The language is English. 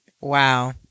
Wow